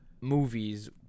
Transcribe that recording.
movies